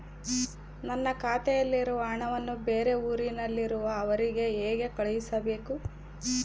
ನನ್ನ ಖಾತೆಯಲ್ಲಿರುವ ಹಣವನ್ನು ಬೇರೆ ಊರಿನಲ್ಲಿರುವ ಅವರಿಗೆ ಹೇಗೆ ಕಳಿಸಬೇಕು?